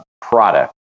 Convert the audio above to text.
product